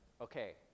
okay